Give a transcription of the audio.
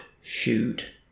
shoot